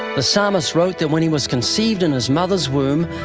the psalmist wrote that when he was conceived in his mother's womb,